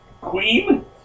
Queen